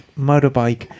motorbike